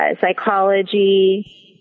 psychology